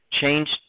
changed